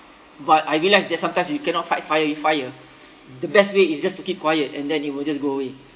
but I realised that sometimes you cannot fight fire with fire the best way is just to keep quiet and then it will just go away